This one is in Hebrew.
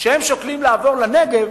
שהם שוקלים לעבור לנגב,